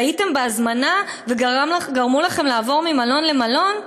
טעיתם בהזמנה וגרמו לכם לעבור ממלון למלון?